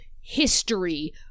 history